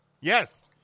Yes